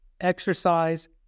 exercise